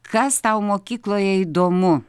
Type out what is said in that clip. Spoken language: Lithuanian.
kas tau mokykloje įdomu